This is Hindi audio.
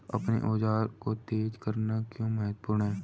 अपने औजारों को तेज करना क्यों महत्वपूर्ण है?